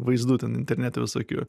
vaizdų ten internete visokių